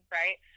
right